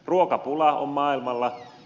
ruokapulaa on maailmalla